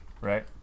right